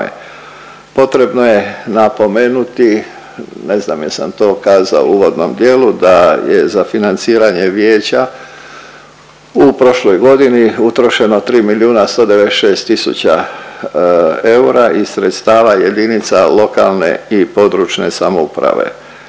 Potrebno je napomenuti, ne znam jesam to kazao u uvodnom dijelu, da je za financiranje vijeća u prošloj godini utrošeno 3 milijuna 196 tisuća eura iz sredstava JLPS, a dodatno je u siječnju ove